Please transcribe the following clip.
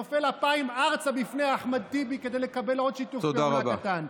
נופל אפיים ארצה בפני אחמד טיבי כדי לקבל עוד שיתוף פעולה קטן.